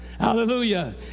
Hallelujah